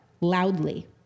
loudly